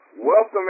welcome